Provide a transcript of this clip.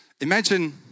Imagine